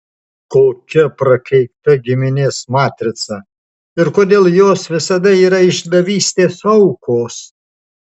kokia prakeikta giminės matrica ir kodėl jos visada yra išdavystės aukos